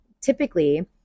typically